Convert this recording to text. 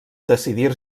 decidir